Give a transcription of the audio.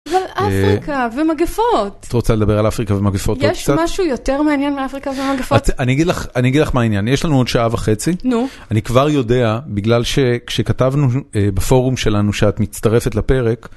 אבל אפריקה ומגפות. את רוצה לדבר על אפריקה ומגפות? יש משהו יותר מעניין מאפריקה ומגפות? אני אגיד לך מה העניין, יש לנו עוד שעה וחצי. נו. אני כבר יודע, בגלל שכשכתבנו בפורום שלנו שאת מצטרפת לפרק,